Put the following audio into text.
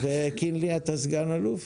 וקינלי, אתה סגן אלוף.